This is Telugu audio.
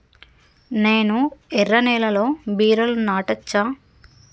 నేను ఎర్ర నేలలో బీరలు నాటచ్చా?